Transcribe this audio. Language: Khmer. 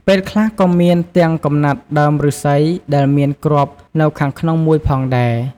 ពេលខ្លះក៏មានទាំងកំណាត់ដើមឫស្សីដែលមានគ្រាប់នៅខាងក្នុង១ផងដែរ ។